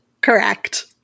correct